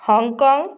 Hong Kong